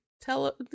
tell